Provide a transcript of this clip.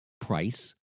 price